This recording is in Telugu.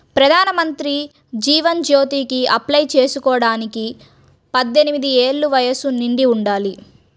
ప్రధానమంత్రి జీవన్ జ్యోతికి అప్లై చేసుకోడానికి పద్దెనిది ఏళ్ళు వయస్సు నిండి ఉండాలి